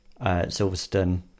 Silverstone